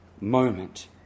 moment